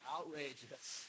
Outrageous